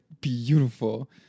beautiful